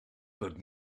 but